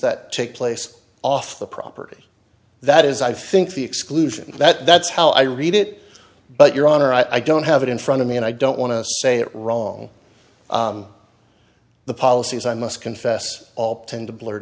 that take place off the property that is i think the exclusion that that's how i read it but your honor i don't have it in front of me and i don't want to say it wrong the policy is i must confess all tend to blur